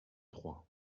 trois